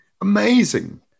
Amazing